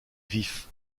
vif